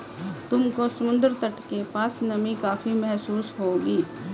तुमको समुद्र के तट के पास नमी काफी महसूस होगी